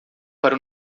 para